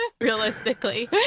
realistically